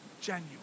genuine